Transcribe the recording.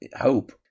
Hope